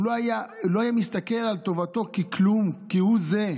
הוא לא היה מסתכל על טובתו בכלום, כהוא זה,